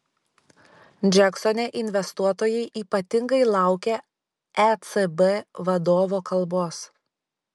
džeksone investuotojai ypatingai laukė ecb vadovo kalbos